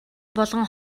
болгон